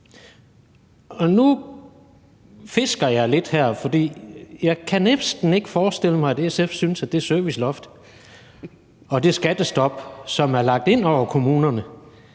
Nu fisker jeg lidt her. Jeg kan næsten ikke forestille mig, at SF synes, at det serviceloft og det skattestop, som er lagt ind over kommunerne,